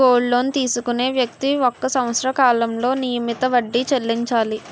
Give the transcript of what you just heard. gold loan తీసుకునే వ్యక్తి ఒక సంవత్సర కాలంలో నియమిత వడ్డీ చెల్లించాలి